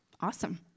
Awesome